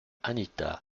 anita